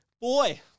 boy